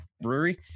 brewery